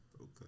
Okay